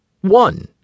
one